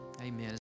Amen